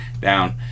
down